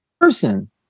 person